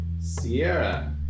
Sierra